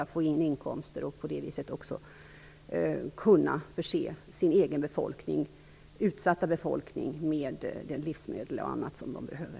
Därmed får man inkomster, och på det viset kan man förse den egna utsatta befolkningen med livsmedel och annat som den behöver.